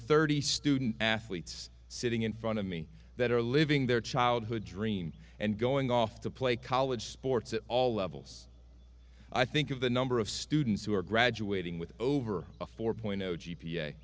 thirty student athletes sitting in front of me that are living their childhood dream and going off to play college sports at all levels i think of the number of students who are graduating with over a four point